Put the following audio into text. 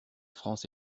france